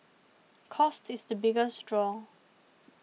cost is the biggest draw